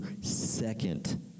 second